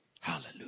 Hallelujah